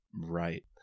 Right